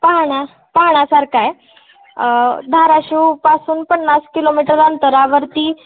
पहाणा पाहण्यासारखा आहे धाराशिवपासून पन्नास किलोमीटर अंतरावरती